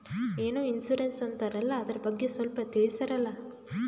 ಏನೋ ಇನ್ಸೂರೆನ್ಸ್ ಅಂತಾರಲ್ಲ, ಅದರ ಬಗ್ಗೆ ಸ್ವಲ್ಪ ತಿಳಿಸರಲಾ?